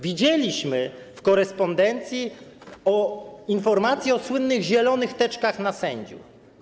Widzieliśmy w korespondencji informacje o słynnych zielonych teczkach na sędziów.